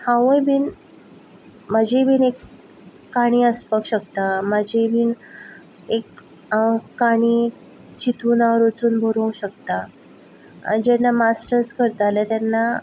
हांवय बीन म्हजीय बीन एक काणी आसपाक शकता म्हाजी बीन एक हांव काणी चितून वा वेचून बरोवंक शकता आनी जेन्ना मास्टर्स करतालें तेन्ना